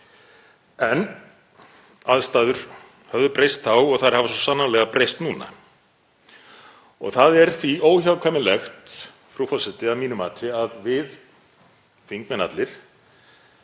En aðstæður höfðu breyst þá og þær hafa svo sannarlega breyst núna. Það er því óhjákvæmilegt, frú forseti, að mínu mati að við þingmenn allir